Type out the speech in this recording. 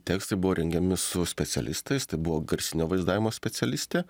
tekstai buvo rengiami su specialistais tai buvo garsinio vaizdavimo specialistė